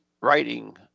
writing